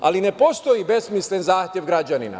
Ali ne postoji besmislen zahtev građanina.